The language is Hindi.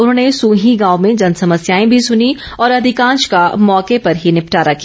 उन्होंने सूहीं गांव में जनसमस्याएं भी सूनीं और अधिकांश का मौके पर ही निपटारा किया